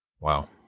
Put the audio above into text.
Wow